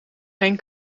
geen